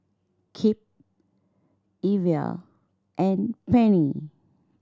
Kipp Evia and Penny